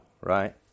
right